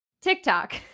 TikTok